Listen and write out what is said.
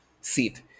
seat